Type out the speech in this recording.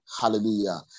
Hallelujah